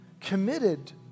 committed